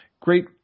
great